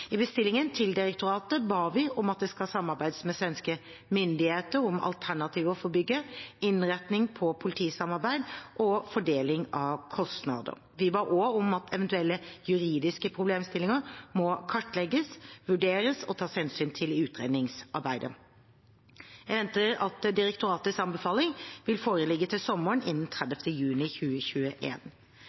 I bestillingen til direktoratet ba vi om at det skal samarbeides med svenske myndigheter om alternativer for bygget, innretning på politisamarbeid og fordeling av kostnader. Vi ba også om at eventuelle juridiske problemstillinger må kartlegges, vurderes og tas hensyn til i utredningsarbeidet. Jeg venter at direktoratets anbefaling vil foreligge til sommeren, innen